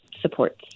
supports